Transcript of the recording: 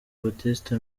baptiste